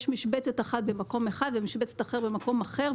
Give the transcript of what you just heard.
יש משבצת אחת במקום אחד ומשבצת אחרת במקום אחר,